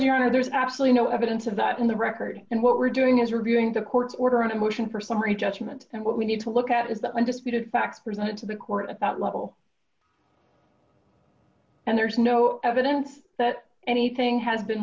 honor there's absolutely no evidence of that in the record and what we're doing is reviewing the court's order on a motion for summary judgment and what we need to look at is the undisputed facts presented to the court at that level and there's no evidence that anything has been